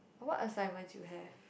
what assignments you have